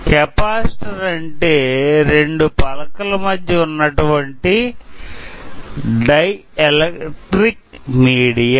capacitor అంటే రెండు పలకల మధ్య ఉన్నటువంటి డిఎలెక్ట్రిక్ మీడియం